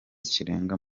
kirenga